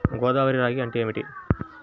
గోదావరి రాగి అంటే ఏమిటి?